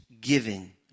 giving